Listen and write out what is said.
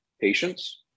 patients